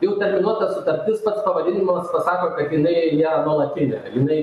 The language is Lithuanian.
jau terminuota sutartis pats pavadinimas pasako kad jinai nėra nuolatinė kad jinai